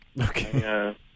Okay